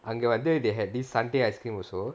அங்க வந்து:anga vanthu they had this sundae ice cream also